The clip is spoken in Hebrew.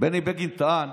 בני בגין טען